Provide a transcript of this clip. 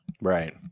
Right